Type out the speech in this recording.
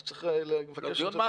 אז צריך לבקש את זה.